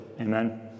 Amen